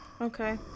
Okay